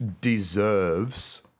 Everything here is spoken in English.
deserves